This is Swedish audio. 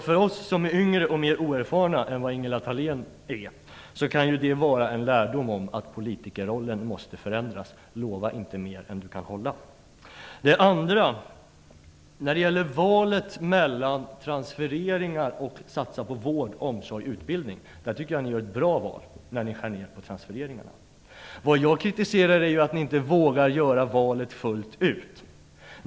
För oss som är yngre och mer oerfarna än Ingela Thalén kan det vara en lärdom om att politikerrollen måste förändras. Lova inte mer än du kan hålla! I valet mellan transfereringar och att satsa på vård, omsorg och utbildning tycker jag att ni gör ett bra val när ni skär ner på transfereringarna. Vad jag kritiserar är att ni inte vågar göra valet fullt ut.